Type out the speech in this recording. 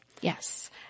Yes